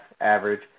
average